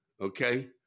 okay